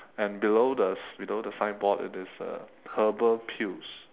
and below the s~ below the signboard it is uh herbal pills